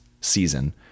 season